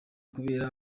kubera